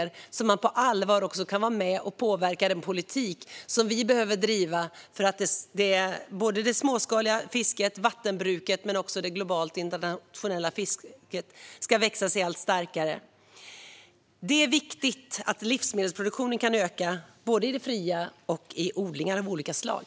Då kan de på allvar vara med och påverka den politik som vi behöver driva för att det småskaliga fisket, vattenbruket och det globala internationella fisket ska växa sig allt starkare. Det är viktigt att livsmedelsproduktionen kan öka både i det fria och i odlingar av olika slag.